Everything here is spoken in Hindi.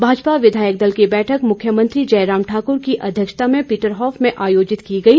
भाजपा विधायक दल बैठक मुख्यमंत्री जयराम ठाकुर की अध्यक्षता में पीटरहाफ में आयोजित की गई